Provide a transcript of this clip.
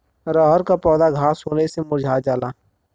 रहर क पौधा घास होले से मूरझा जाला